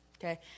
Okay